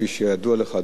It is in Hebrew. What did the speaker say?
כפי שידוע לך,